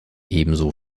ebenso